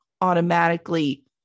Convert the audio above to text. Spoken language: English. automatically